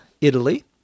Italy